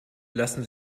lassen